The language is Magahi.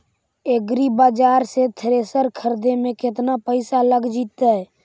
एग्रिबाजार से थ्रेसर खरिदे में केतना पैसा लग जितै?